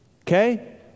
Okay